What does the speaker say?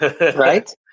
Right